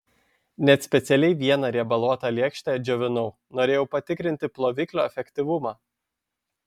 net specialiai vieną riebaluotą lėkštę džiovinau norėjau patikrinti ploviklio efektyvumą